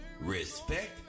respect